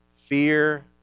Fear